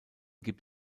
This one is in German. gibt